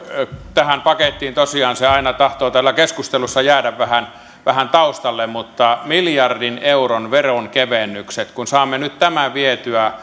tähän pakettiin tosiaan kuuluu se aina tahtoo täällä keskustelussa jäädä vähän vähän taustalle miljardin euron veronkevennykset kun saamme nyt tämän vietyä